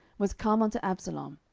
was come unto absalom,